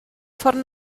ffordd